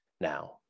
now